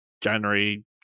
january